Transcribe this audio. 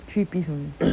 three piece only